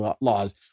laws